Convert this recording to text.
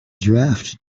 draft